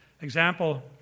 Example